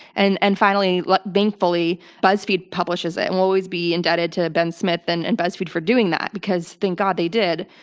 and and finally, thankfully, buzzfeed publishes it, and we'll always be indebted to ben smith and and buzzfeed for doing that, because thank god they did.